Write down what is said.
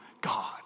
God